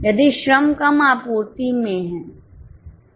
यदि श्रम कम आपूर्ति में है